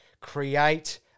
create